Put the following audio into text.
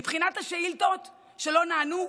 מבחינת השאילתות שלא נענו,